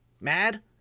mad